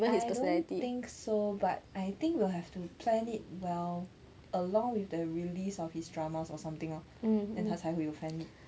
I don't think so but I think will have to plan it well along with the release of his dramas or something lor then 她才会有 fan meet